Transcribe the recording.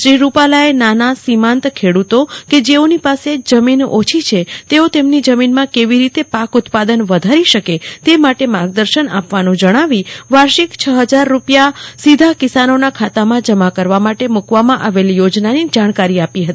શ્રી રૂપાલાએ નાના સીમાંત ખેડૂતો કે જેઓની પાસે જમીન ઓછી છે તેઓ તેમની જમીનમાં કેવી રીતે પાક ઉત્પાદન વધારી શકે તે માટે માર્ગદર્શન આપવાનું જણાવી વાર્ષિક છ હજાર રૂપિયા સીધા કિસાનોના ખાતામાં જમા કરવા માટે મૂકવામાં આવેલ યોજનાની જાણકારી આપી હતી